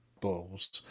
Balls